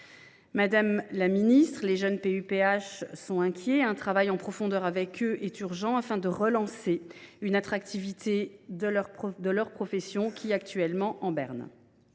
Madame la ministre, les jeunes PHU sont inquiets et un travail en profondeur avec eux est urgent pour relancer l’attractivité de leur profession, actuellement en berne.